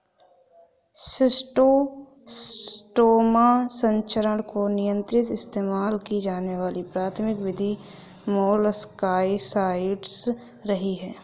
schistosoma संचरण को नियंत्रित इस्तेमाल की जाने वाली प्राथमिक विधि मोलस्कसाइड्स रही है